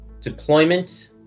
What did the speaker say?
deployment